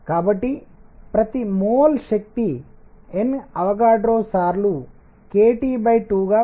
కాబట్టి ప్రతి మోల్ శక్తి N అవగాడ్రో సార్లు kT 2గా ఉంటుంది